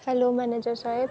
hello manager Sahib